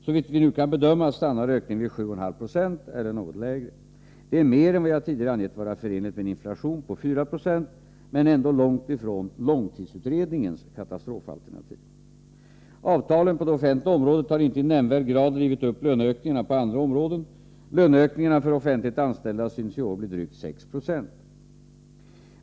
Såvitt vi nu kan bedöma stannar ökningen vid 7,5 96 eller något lägre. Det är mer än vad jag tidigare angett vara förenligt med en inflation på 4 26 men ändå långt ifrån långtidsutredningens katastrofalternativ. Avtalen på det offentliga området har inte i nämnvärd grad drivit upp löneökningarna på andra områden. Löneökningarna för offentligt anställda synes i år bli drygt 6 90.